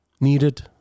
needed